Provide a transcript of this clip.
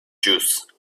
juice